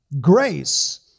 grace